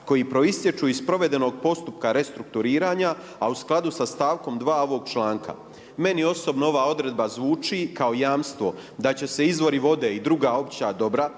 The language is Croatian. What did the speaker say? koji proistječu iz provedenog postupka restrukturiranja a u skladu sa stavkom 2. ovog članka. Meni osobno ova odredba zvuči kao jamstvo da će se izvori vode i druga opća dobra